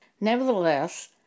Nevertheless